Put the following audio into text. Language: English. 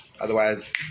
Otherwise